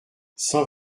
cent